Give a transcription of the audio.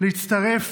להצטרף